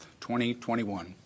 2021